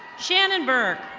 shannon berg.